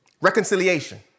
reconciliation